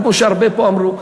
כמו שהרבה פה אמרו.